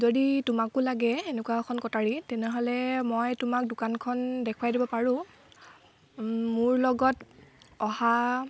যদি তোমাকো লাগে এনেকুৱা এখন কটাৰী তেনেহ'লে মই তোমাক দোকানখন দেখুৱাই দিব পাৰোঁ মোৰ লগত অহা